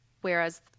whereas